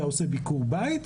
היה עושה ביקור בית,